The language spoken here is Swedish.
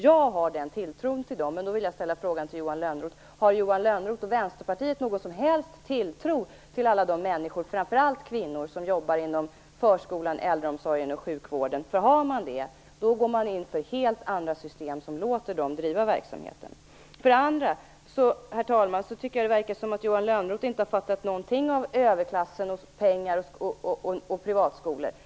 Jag hyser den tilltron till personalen, men jag vill fråga Johan Lönnroth: Har Johan Lönnroth och Vänsterpartiet någon som helst tilltro till alla de människor - framför allt kvinnor - som arbetar inom förskolan, äldreomsorgen och sjukvården? Hyser man den tilltron, då går man in för helt andra system som tillåter personalen att driva verksamheten. För det andra verkar det som att Johan Lönnroth inte har fattat någonting av detta med överklass, pengar och privatskolor.